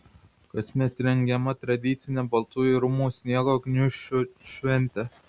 kasmet rengiama tradicinė baltųjų rūmų sniego gniūžčių šventė